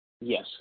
Yes